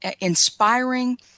inspiring